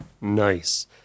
nice